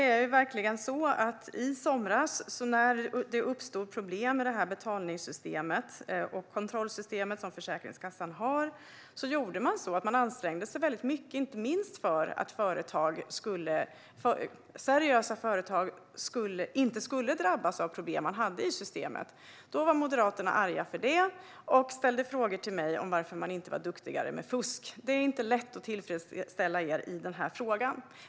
När det i somras uppstod problem med Försäkringskassans betalningssystem och kontrollsystem ansträngde man sig mycket, inte minst för att seriösa företag inte skulle drabbas av de problem man hade i systemet. Då var Moderaterna arga för det och ställde frågor till mig om varför man inte var duktigare med fusk. Det är inte lätt att tillfredsställa er i denna fråga.